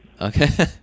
Okay